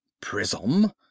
Prism